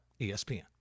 ESPN